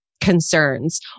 concerns